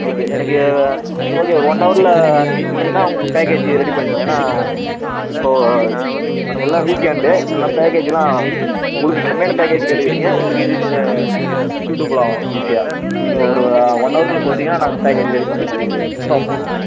okay எனக்கு okay ஒரு one ஹவர்ல நீங்கள் சொன்னீங்கன்னா உங்கள் பேக்கேஜு ரெடி பண்ணிருவேன் ஏன்னா இப்போது எல்லாம் வீக்எண்டு எல்லாம் பேக்கேஜுலாம் உங்களுக்கு கம்மியான பேக்கேஜு கேட்டுருக்கிறீங்க உங்களுக்கு இது இது சூட்டபுளாகும் ஈசியாக நீங்கள் ஒரு ஒன் அவர்குள்ள சொல்லிட்டீங்கன்னா நாங்கள் பேக்கேஜு ரெடி பண்ணி உங்களுக்கு இன்ஃபார்ம் பண்ணிருவோம்